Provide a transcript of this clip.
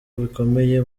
bikomeye